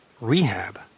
Rehab